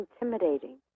intimidating